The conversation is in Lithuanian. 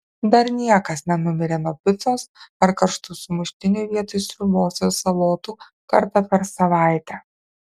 dar niekas nenumirė nuo picos ar karštų sumuštinių vietoj sriubos ir salotų kartą per savaitę